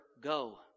go